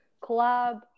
collab